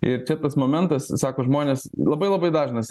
ir čia tas momentas sako žmonės labai labai dažnas